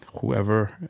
whoever